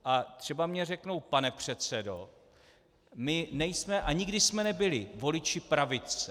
A třeba mi řeknou: Pane předsedo, my nejsme a nikdy jsme nebyli voliči pravice.